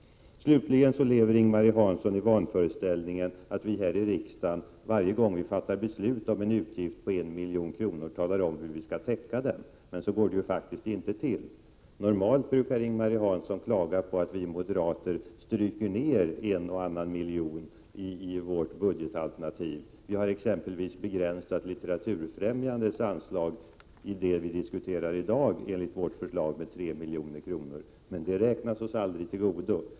Slutligen lever Ing-Marie Hansson i vanföreställningen att vi här i riksdagen varje gång vi fattar beslut om en utgift på 1 milj.kr. talar om hur vi skall täcka den utgiften. Så går det faktiskt inte till. Normalt brukar Ing-Marie Hansson klaga på att vi moderater stryker ner en och annan miljon i våra budgetalternativ — vi har exempelvis velat begränsa Litteraturfrämjandets anslag vad gäller vuxenlitteratur i dag med 3 milj.kr. — men det räknas oss aldrig till godo.